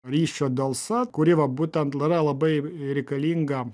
ryšio delsa kuri va būtent yra labai reikalinga